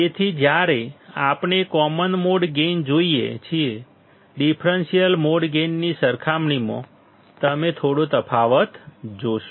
તેથી જ્યારે આપણે કોમન મોડ ગેઇન જોઈએ છીએ ડિફરન્સલ મોડ ગેઇનની સરખામણીમાં તમે થોડો તફાવત જોશો